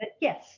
yes